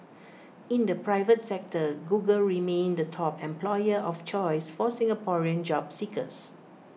in the private sector Google remained the top employer of choice for Singaporean job seekers